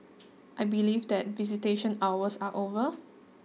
I believe that visitation hours are over